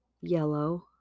yellow